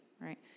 right